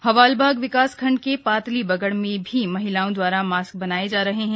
हवालबाग विकास खण्ड के पातली बगड़ में भी महिलाओं द्वारा मास्क बनाये जा रहे हैं